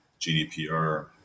GDPR